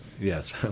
Yes